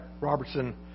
Robertson